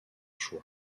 choix